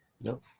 No